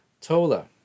Tola